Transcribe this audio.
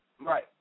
right